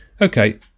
Okay